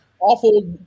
awful